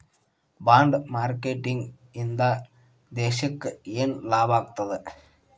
Bond marketing ಇಂದಾ ದೇಶಕ್ಕ ಯೆನ್ ಲಾಭಾಗ್ತದ?